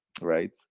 right